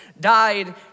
died